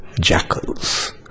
jackals